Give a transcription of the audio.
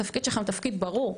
התפקיד שלכם הוא תפקיד ברור.